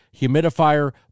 humidifier